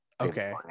okay